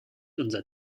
unser